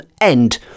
end